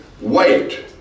wait